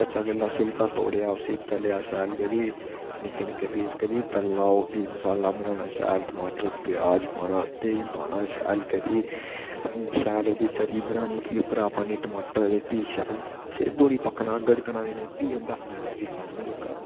कच्चा केला छिलका तोड़ेआ उसी तलेआ शैल करी निक्के निक्के पीस करी तलना ओह् फ्ही मसाला बनाना शैल टमाटर प्याज पाना ते देही पाना शैल करी शैल ओह्दी तरी बनाई फ्ही उप्परां पाने टामटर ते फ्ही शैल चिर तोड़ी पकना गड़कन देना उस्सी ते फ्ही अंदा हा मजा उस्सी खाने गी जेह्का